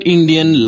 Indian